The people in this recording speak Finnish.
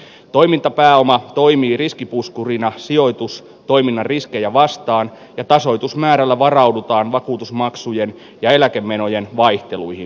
toimintapääoma toimii riskipuskurina sijoitustoiminnan riskejä vastaan ja tasoitusmäärällä varaudutaan vakuutusmaksujen ja eläkemenojen vaihteluihin